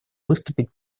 выступить